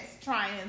trying